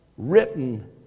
Written